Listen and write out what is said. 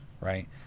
right